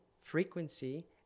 frequency